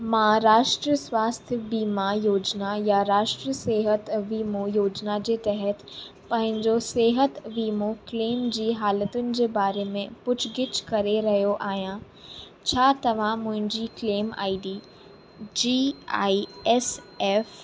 महाराष्ट्र स्वास्थ्य बीमा योजना या राष्ट्रीय सिहत वीमो योजना जे तहत पंहिंजो सिहत वीमो क्लेम जी हालतुनि जे बारे में पुछ गिच करे रहियो आहियां छा तव्हां मुंहिंजी क्लेम आईडी जी आई एस एफ